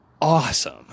Awesome